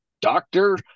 doctor